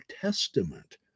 Testament